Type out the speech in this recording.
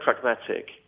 pragmatic